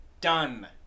done